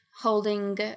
holding